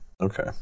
Okay